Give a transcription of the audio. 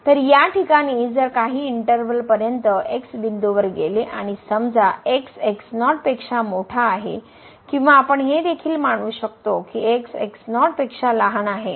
जर या ठिकाणी जर काही इंटर्वल पर्यंत x बिंदूवर गेले आणि समजा x पेक्षा मोठा आहे किंवा आपण हे देखील मानू शकतो की x पेक्षा लहान आहे